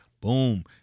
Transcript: Boom